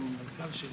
ניר,